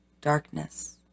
darkness